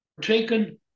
taken